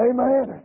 Amen